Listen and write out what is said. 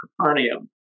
Capernaum